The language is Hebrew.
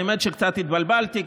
האמת שקצת התבלבלתי,